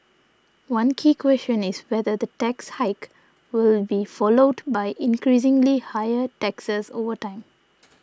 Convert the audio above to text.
one key question is whether the tax hike will be followed by increasingly higher taxes over time